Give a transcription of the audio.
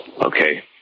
Okay